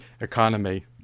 economy